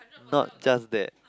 not just that